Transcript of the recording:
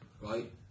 right